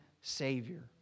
Savior